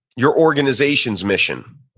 your organization's mission,